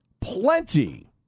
plenty